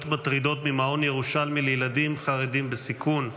מטרידות ממעון ירושלמי לילדים חרדים בסיכון.